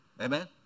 Amen